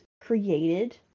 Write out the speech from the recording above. created